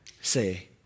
Say